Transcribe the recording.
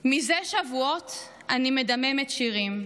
"מזה שבועות אני מדממת שירים":